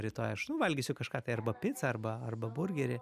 rytoj aš nu valgysiu kažką tai arba picą arba arba burgerį